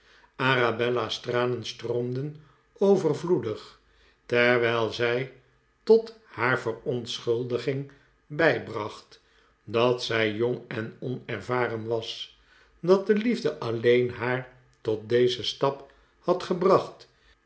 arabella's tranen stroomden overvloedig terwijl zij tot haar verontschuldiging bij bracht dat zij jong en onervaren was dat de liefde alleen haar tot dezen stap had gebracht